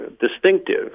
distinctive